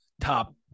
top